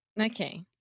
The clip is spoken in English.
Okay